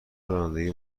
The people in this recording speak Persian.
رانندگی